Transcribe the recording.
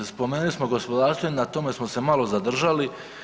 Spomenuli smo gospodarstvo, na tome smo se malo zadržali.